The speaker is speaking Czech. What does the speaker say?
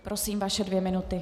Prosím, vaše dvě minuty.